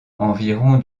environ